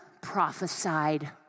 prophesied